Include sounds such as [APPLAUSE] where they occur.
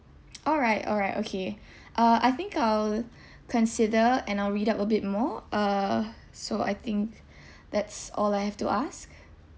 [NOISE] all right all right okay uh I think I'll consider and I'll read up a bit more uh so I think that's all I have to ask